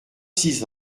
six